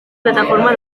plataforma